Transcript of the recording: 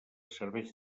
serveis